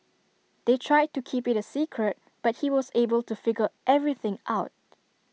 they tried to keep IT A secret but he was able to figure everything out